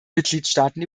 mitgliedstaaten